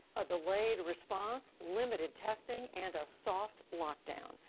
a delayed response, limited testing, and a soft lockdown.